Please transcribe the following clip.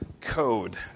code